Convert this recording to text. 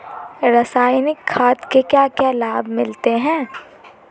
रसायनिक खाद के क्या क्या लाभ मिलते हैं?